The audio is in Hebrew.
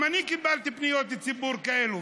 גם אני קיבלתי פניות ציבור כאלה,